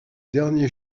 dernier